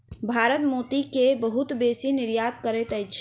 भारत मोती के बहुत बेसी निर्यात करैत अछि